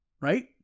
Right